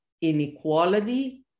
inequality